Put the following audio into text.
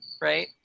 right